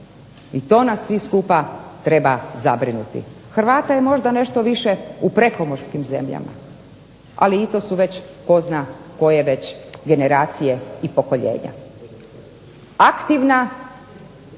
i to nas sve skupa treba zabrinuti. Hrvata je možda nešto više u prekomorskim zemljama, ali i to su već tko zna koje je već generacije i pokoljenja. Aktivna